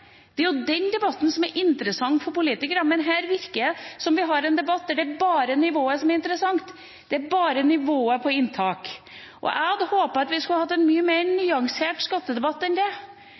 den debatten – som er interessant for politikere, men her virker det som om vi har en debatt der det bare er nivået på inntak som er interessant. Jeg hadde håpet at vi skulle ha en mye mer nyansert skattedebatt enn det,